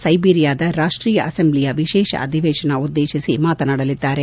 ಸ್ಯೆಬಿರಿಯಾದ ರಾಷ್ಷೀಯ ಅಸಂಬ್ಲಿಯ ವಿಶೇಷ ಅಧಿವೇಶನ ಉದ್ದೇಶಿಸಿ ಮಾತನಾಡಲಿದ್ದಾರೆ